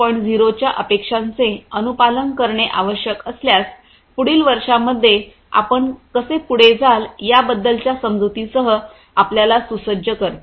0 च्या अपेक्षांचे अनुपालन करणे आवश्यक असल्यास पुढील वर्षांमध्ये आपण कसे पुढे जाल याबद्दलच्या समजुतीसह आपल्याला सुसज्ज करते